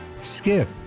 Skip